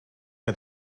que